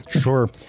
Sure